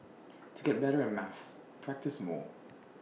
to get better at maths practise more